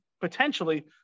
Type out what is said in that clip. potentially